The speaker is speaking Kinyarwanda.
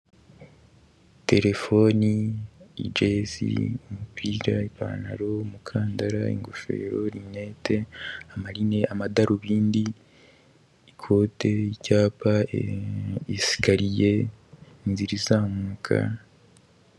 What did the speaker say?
Ielefoni ijezi, umupira ipantalo, umukandara, ingofero, rinete amarine, amadarubindi ikote icyapa isikariye inzira izamuka.